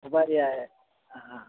सुपारी आहे हां